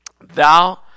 Thou